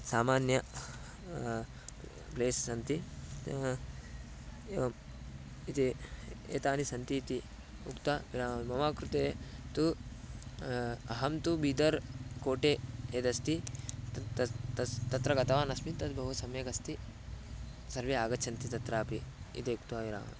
सामान्य प्लेस् सन्ति एवम् इति एतानि सन्ति इति उक्त्वा विरामामि मम कृते तु अहं तु बीदर् कोटे यदस्ति तत् तत् तत् तत्र गतवान् अस्मि तत् बहु सम्यक् अस्ति सर्वे आगच्छन्ति तत्रापि इति उक्त्वा विरामामि